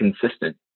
consistent